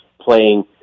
playing